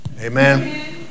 Amen